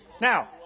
Now